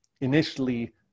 initially